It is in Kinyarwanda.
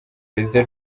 perezida